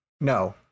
no